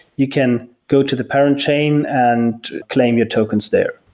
you can go to the parent chain and claim your tokens there.